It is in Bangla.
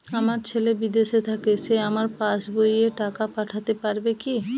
আমার ছেলে বিদেশে থাকে সে আমার পাসবই এ টাকা পাঠাতে পারবে কি?